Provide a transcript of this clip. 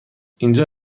اینجا